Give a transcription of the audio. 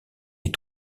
est